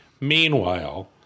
Meanwhile